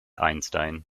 einstein